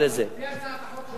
לפי הצעת החוק שלי.